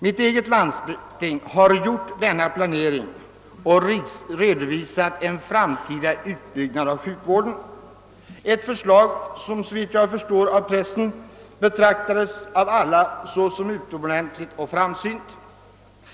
Mitt eget landsting har gjort denna planering och redovisat en framtida utbyggnad av sjukvården, ett förslag som såvitt jag förstår av pressen betraktades såsom utomordentligt och framsynt.